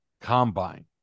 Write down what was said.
combine